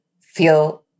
feel